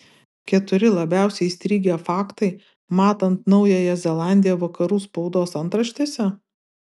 keturi labiausiai įstrigę faktai matant naująją zelandiją vakarų spaudos antraštėse